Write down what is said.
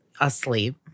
asleep